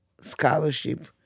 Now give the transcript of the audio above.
scholarship